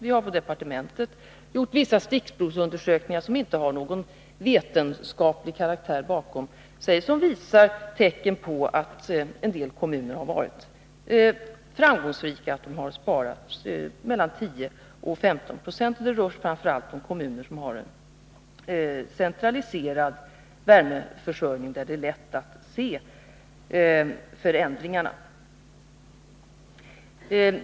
Vi har på departementet gjort vissa stickprovsundersökningar, som inte har någon vetenskaplig karaktär men som tyder på att en del kommuner har varit framgångsrika och sparat 10-15 26. Det rör sig framför allt om kommuner som har en centraliserad värmeförsörjning, där det är lätt att se förändringarna.